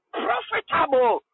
profitable